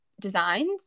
designs